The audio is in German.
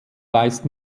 weist